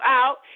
out